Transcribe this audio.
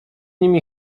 nimi